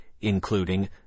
including